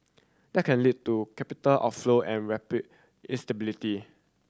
that can lead to capital outflow and rupiah instability